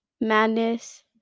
madness